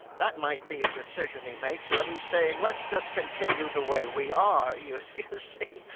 that might be a decision he makes, but he's saying, let's just continue the way we are, you see,